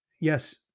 yes